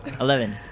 Eleven